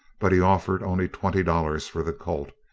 but he offered only twenty dollars for the colt,